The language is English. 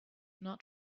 not